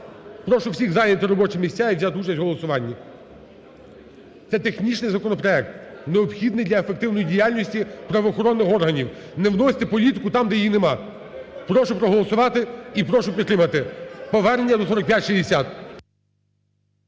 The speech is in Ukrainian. прошу всіх зайняти робочі місця і взяти участь у голосуванні. Це технічний законопроект, необхідний для ефективної діяльності правоохоронних органів. Не вносьте політику там, де її немає. Прошу проголосувати і прошу підтримати повернення до 4560.